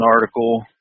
article